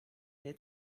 nie